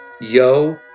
Yo